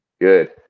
Good